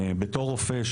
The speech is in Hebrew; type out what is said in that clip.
בתור רופא,